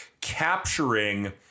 capturing